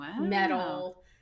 metal